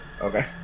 Okay